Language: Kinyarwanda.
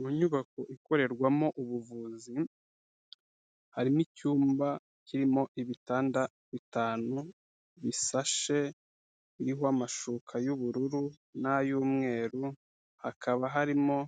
Mu nyubako ikorerwamo ubuvuzi, harimo icyumba kirimo ibitanda bitanu bisashe, biriho amashuka y'ubururu n'ay'umweru, hakaba harimo